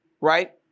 right